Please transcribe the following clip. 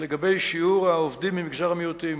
לגבי שיעור העובדים ממגזר המיעוטים: